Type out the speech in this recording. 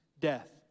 death